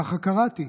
ככה קראתי,